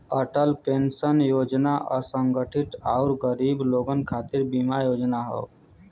Atal pension योजना असंगठित आउर गरीब लोगन खातिर बीमा योजना हौ